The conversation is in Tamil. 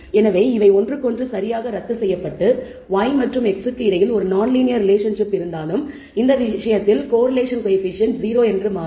எனவே இவை ஒன்றுக்கொன்று சரியாக ரத்து செய்யப்பட்டு y மற்றும் x க்கு இடையில் ஒரு நான்லீனியர் ரிலேஷன்ஷிப் இருந்தாலும் இந்த விஷயத்தில் கோரிலேஷன் கோயபிசியன்ட் 0 என்று மாறும்